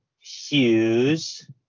Hughes